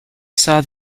saw